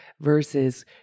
Versus